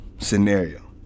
scenario